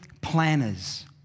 planners